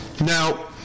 Now